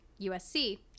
USC